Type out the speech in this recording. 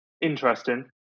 interesting